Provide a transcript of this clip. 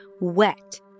wet